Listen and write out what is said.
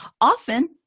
Often